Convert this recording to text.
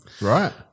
Right